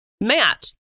matt